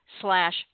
slash